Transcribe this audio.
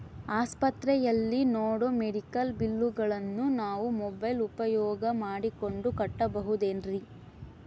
ಆಸ್ಪತ್ರೆಯಲ್ಲಿ ನೇಡೋ ಮೆಡಿಕಲ್ ಬಿಲ್ಲುಗಳನ್ನು ನಾವು ಮೋಬ್ಯೆಲ್ ಉಪಯೋಗ ಮಾಡಿಕೊಂಡು ಕಟ್ಟಬಹುದೇನ್ರಿ?